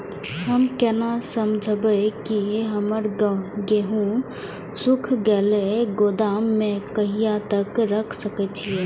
हम केना समझबे की हमर गेहूं सुख गले गोदाम में कहिया तक रख सके छिये?